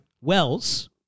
Wells